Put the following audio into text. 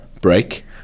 break